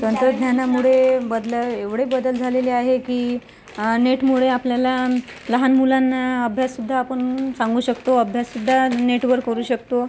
तंत्रज्ञानामुळे बदला एवढे बदल झालेले आहे की नेटमुळे आपल्याला लहान मुलांना अभ्याससुद्धा आपण सांगू शकतो अभ्याससुद्धा नेटवर करू शकतो